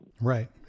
Right